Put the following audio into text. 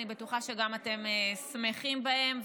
אני בטוחה שגם אתם שמחים בהם,